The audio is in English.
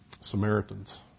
Samaritans